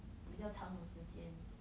比较长的时间